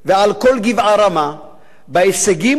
בהישגים הכלכליים המרשימים של מדינת ישראל,